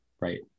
right